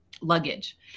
luggage